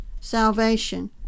salvation